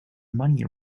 money